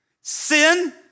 Sin